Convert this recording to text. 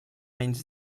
menys